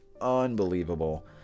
unbelievable